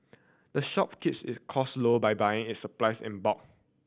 the shop keeps its cost low by buying its supplies in bulk